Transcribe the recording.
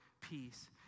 peace